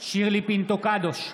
שירלי פינטו קדוש,